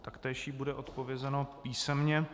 Taktéž jí bude odpovězeno písemně.